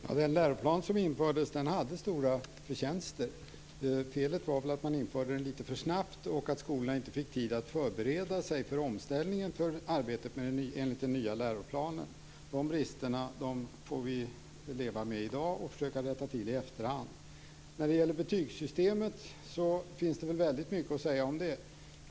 Fru talman! Den läroplan som infördes hade stora förtjänster. Felet var att man införde den litet för snabbt och att skolorna inte fick tid att förbereda sig för omställningen till arbetet enligt den nya läroplanen. De bristerna får vi leva med i dag och försöka rätta till i efterhand. Det finns väldigt mycket att säga om betygssystemet.